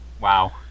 Wow